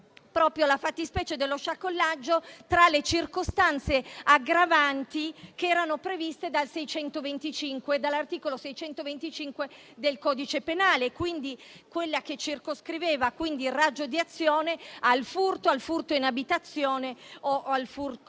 introdurre la fattispecie dello sciacallaggio tra le circostanze aggravanti che erano previste dall'articolo 625 del codice penale, quella che circoscriveva il raggio di azione al furto, al furto in abitazione o al furto